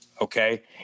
okay